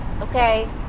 Okay